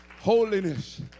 Holiness